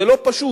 זה לא פשוט,